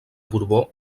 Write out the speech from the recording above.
borbó